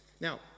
Now